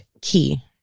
key